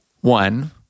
one